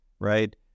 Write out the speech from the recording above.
right